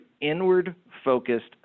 inward-focused